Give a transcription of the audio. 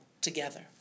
together